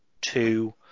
two